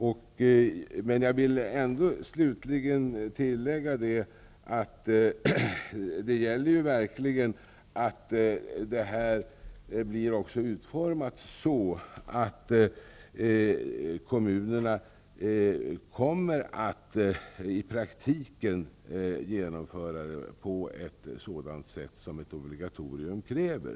Slutligen vill jag dock tillägga att det verkligen gäller att det blir utformat så, att kommunerna i praktiken kommer att genomföra undervisningen på det sätt som ett obligatorium kräver.